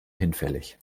hinfällig